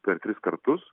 per tris kartus